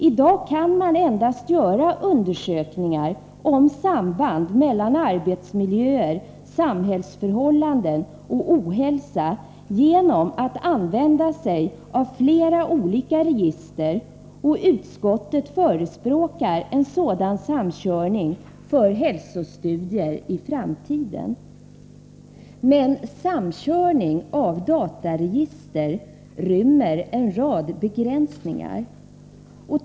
I dag kan man endast göra undersökningar om samband mellan arbetsmiljöer, samhällsförhållanden och ohälsa genom att använda sig av flera olika register, och utskottet förespråkar en sådan samkörning för hälsostudier i framtiden. Men samkörning av dataregister rymmer en rad begränsningar.